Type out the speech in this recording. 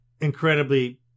incredibly